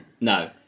No